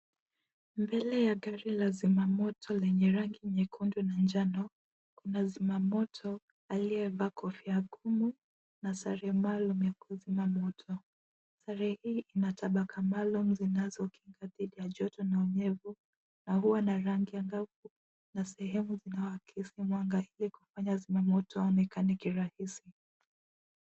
Mbele ya gari la zima moto lenye rangi nyekundu na njano, kuna zimamoto aliyevaa kofia kuu na sare maalum ya kuzima moto. Sare hii ina tabaka maalum zinazokinga dhidi ya joto na unyevu na huwa na rangi angavu na sehemu inayoakisi mwangaza na kufanya zimamoto aonekane kirahisi.